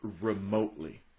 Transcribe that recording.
remotely